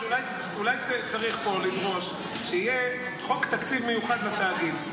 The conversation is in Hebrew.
אולי צריך פה לדרוש שיהיה חוק תקציב מיוחד לתאגיד,